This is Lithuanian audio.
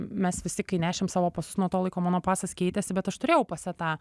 mes visi kai nešėm savo pasus nuo to laiko mano pasas keitėsi bet aš turėjau pas save tą